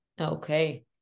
Okay